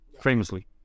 Famously